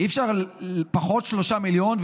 אי-אפשר פחות 3 מיליון,